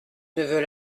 neveu